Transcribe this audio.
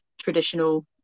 traditional